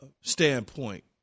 standpoint